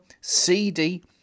CD